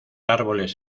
árboles